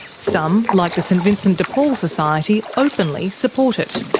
some, like the st vincent de paul society, openly support it.